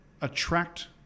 attract